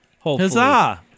Huzzah